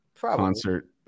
concert